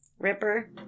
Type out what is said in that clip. Ripper